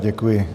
Děkuji.